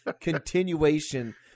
continuation